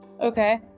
Okay